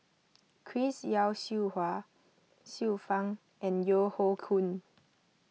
Chris Yeo Siew Hua Xiu Fang and Yeo Hoe Koon